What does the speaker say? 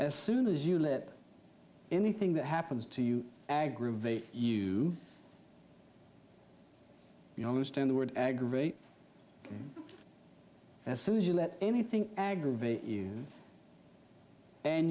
as soon as you let anything that happens to you aggravate you you know most in the world aggravate as soon as you let anything aggravate you and